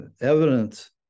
evidence